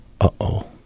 uh-oh